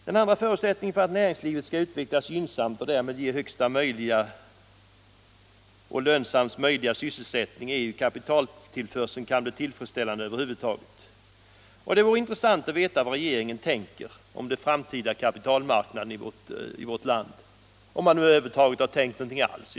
Den andra förutsättningen för att näringslivet skall utvecklas gynnsamt och därmed ge högsta möjliga och lönsammast möjliga sysselsättning är att kapitaltillförseln kan bli tillfredsställande över huvud taget. Det vore intressant att veta vad regeringen tänker om den framtida kapitalmarknaden i vårt land, om man nu över huvud taget har tänkt någonting alls.